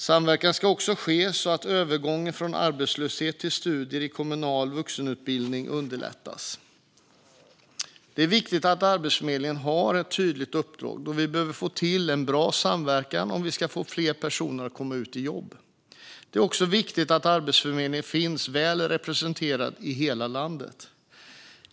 Samverkan ska också ske så att övergång från arbetslöshet till studier i kommunal vuxenutbildning underlättas. Det är viktigt att Arbetsförmedlingen har ett tydligt uppdrag, då vi behöver få till en bra samverkan om vi ska få fler personer att komma ut i jobb. Det är också viktigt att Arbetsförmedlingen finns väl representerad i hela landet.